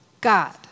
God